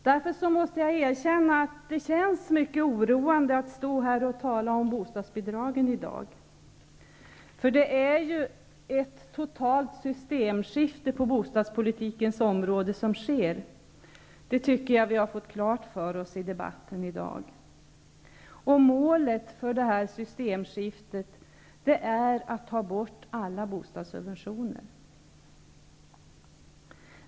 Därför måste jag erkänna att det känns mycket oroande att stå här och tala om bostadsbidragen i dag. Det sker ett totalt systemskifte på bostadspolitikens område, det har vi fått klart för oss i den tidigare debatten i dag. Och målet för detta systemskifte är att ta bort alla bostadssubventioner.